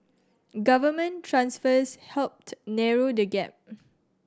government transfers helped narrow the gap